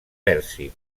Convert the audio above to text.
pèrsic